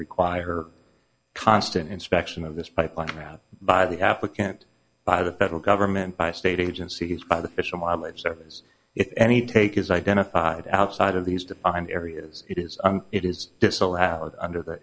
require constant inspection of this pipeline route by the applicant by the federal government by state agencies by the fish and wildlife service if any take is identified outside of these defined areas it is it is disallowed under the